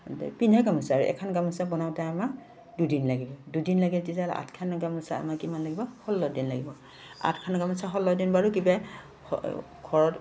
পিন্ধা গামোচাৰ এখন গামোচা বনাওঁতে আমাৰ দুদিন লাগিব দুদিন লাগে তেতিয়া আঠখন গামোচা আমাৰ কিমান লাগিব ষোল্ল দিন লাগিব আঠখন গামোচা ষোল্ল দিন বাৰু কিবা ঘৰত